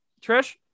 Trish